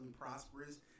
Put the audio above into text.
prosperous